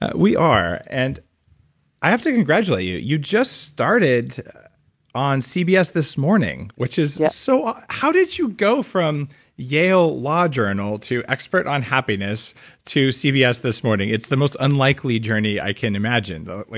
ah we are, and i have to congratulate you. you just started on cbs this morning which is yeah so. how did you go from yale law journal to expert on happiness to cbs this morning? it's the most unlikely journey i can imagine. but like